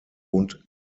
und